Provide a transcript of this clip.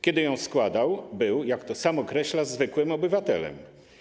Kiedy ją składał, był, jak sam to określa, zwykłym obywatelem.